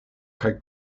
kaj